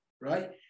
Right